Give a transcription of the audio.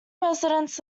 residents